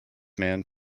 man